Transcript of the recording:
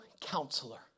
counselor